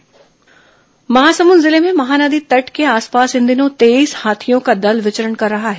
हाथी विचरण महासमुंद जिले में महानदी तट के आसपास इन दिनों तेईस हाथियों का दल विचरण कर रहा है